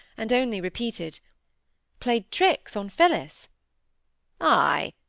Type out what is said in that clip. and only repeated played tricks on phillis ay!